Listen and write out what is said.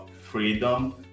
freedom